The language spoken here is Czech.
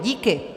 Díky.